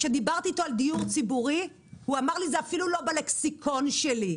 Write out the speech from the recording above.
כשדיברתי איתו על דיור ציבורי הוא אמר לי זה אפילו לא בלקסיקון שלי,